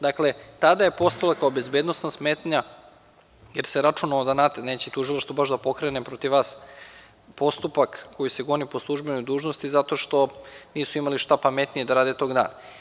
Dakle, tada je postojala kao bezbednosna smetnja, jer se računalo da neće tužilaštvo baš da pokrene protiv vas postupak koji se goni po službenoj dužnosti zato što nisu imali šta pametnije da rade tog dana.